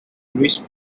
louis